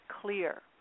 clear